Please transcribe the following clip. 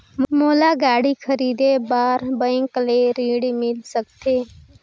मोला गाड़ी खरीदे बार बैंक ले ऋण मिल सकथे?